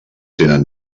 tenen